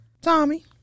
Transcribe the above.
Tommy